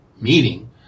meeting